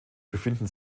befinden